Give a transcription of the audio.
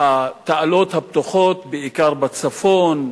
התעלות הפתוחות, בעיקר בצפון,